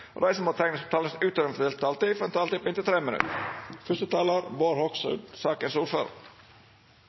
og de som måtte tegne seg på talerlisten utover den fordelte taletid, får også en taletid på inntil 3 minutter.